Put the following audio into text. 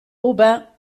aubin